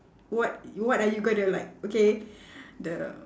what what are you gonna like okay the